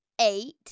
eight